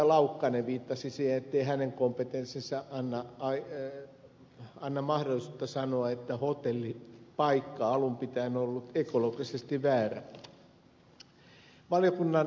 laukkanen viittasi siihen ettei hänen kompetenssinsa anna mahdollisuutta sanoa että hotellin paikka alun pitäen on ollut ekologisesti väärä